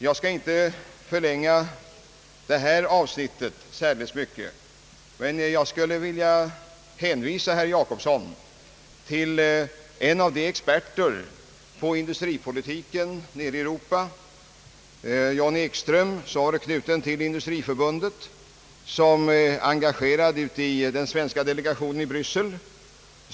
Jag skall inte förlänga detta avsnitt särskilt mycket, men jag skulle vilja hänvisa herr Jacobsson till en av de experter på industripolitiken i Europa, John Ekström, som varit knuten till Industriförbundet och som är engagerad i den svenska Europamarknadsdelegationen i Bryssel.